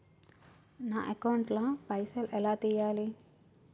నా అకౌంట్ ల పైసల్ ఎలా తీయాలి?